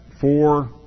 four